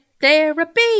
therapy